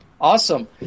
awesome